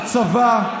בצבא.